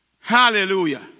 Hallelujah